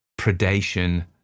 predation